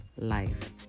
life